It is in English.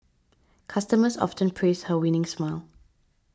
customers often praise her winning smile